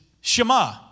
Shema